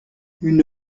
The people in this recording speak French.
une